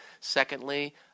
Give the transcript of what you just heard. Secondly